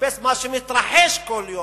לחפש מה שמתרחש כל יום.